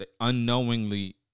unknowingly